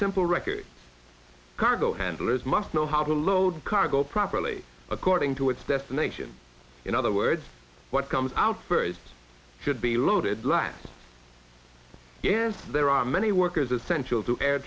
simple records cargo handlers must know how to load cargo properly according to its destination in other words what comes out first should be loaded last there are many workers essential to air